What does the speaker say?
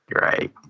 Right